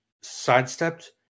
sidestepped